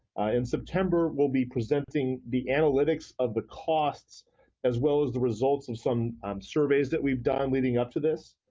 in september, we'll be presenting the analytics of the costs as well as the results of some surveys that we have done leading up to this.